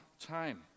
time